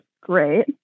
great